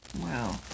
Wow